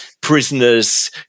prisoners